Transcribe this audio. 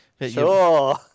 Sure